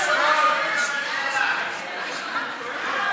ניגשים להצבעה.